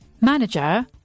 Manager